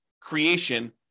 creation